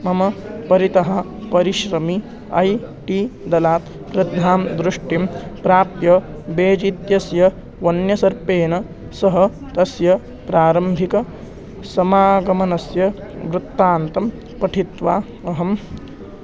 मम परितः परिश्रमि ऐ टी दलात् प्रद्भ्यां दृष्टिं प्राप्य बेज् इत्यस्य वन्यसर्पेण सह तस्य प्रारम्भिकसमागमनस्य वृत्तान्तं पठित्वा अहं